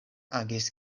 agis